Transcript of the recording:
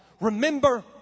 Remember